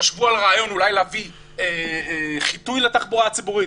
חשבו על רעיון אולי להביא חיטוי לתחבורה הציבורית,